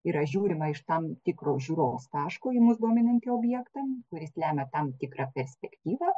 yra žiūrima iš tam tikro žiūros taško į mus dominantį objektą kuris lemia tam tikrą perspektyvą